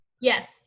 Yes